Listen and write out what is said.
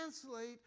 translate